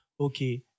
okay